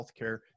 healthcare